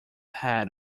head